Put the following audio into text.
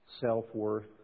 self-worth